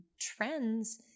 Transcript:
trends